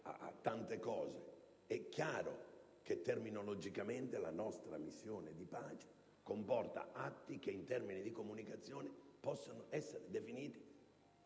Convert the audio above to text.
di vista terminologico, la nostra missione di pace comporta atti che, in termini di comunicazione, possono essere definiti di